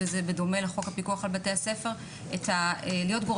וזה בדומה לחוק הפיקוח על בתי הספר להיות גורם